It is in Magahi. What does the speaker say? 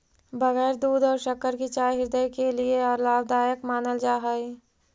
बगैर दूध और शक्कर की चाय हृदय के लिए लाभदायक मानल जा हई